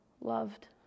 loved